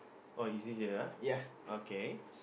oh is it here okay